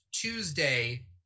Tuesday